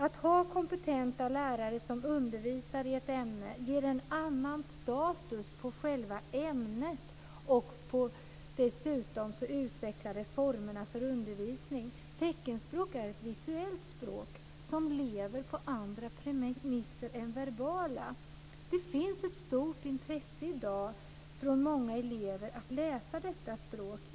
Att ha kompetenta lärare som undervisar i ett ämne ger en annan status åt själva ämnet, och dessutom utvecklar det formerna för undervisning. Teckenspråk är ett visuellt språk som lever på andra premisser än verbala. Det finns i dag ett stort intresse från många elever att läsa detta språk.